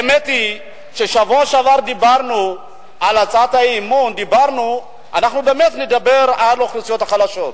האמת היא שבשבוע שעבר דיברנו בהצעת האי-אמון על האוכלוסיות החלשות.